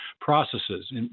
processes